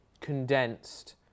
condensed